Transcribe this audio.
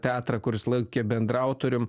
teatrą kuris laikė bendraautorium